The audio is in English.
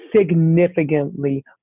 significantly